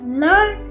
learn